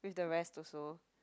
with the rest also